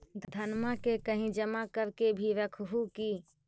धनमा के कहिं जमा कर के भी रख हू की?